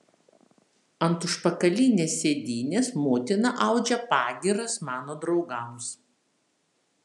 ant užpakalinės sėdynės motina audžia pagyras mano draugams